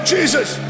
Jesus